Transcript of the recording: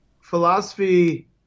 philosophy